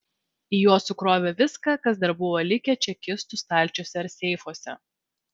į juos sukrovė viską kas dar buvo likę čekistų stalčiuose ar seifuose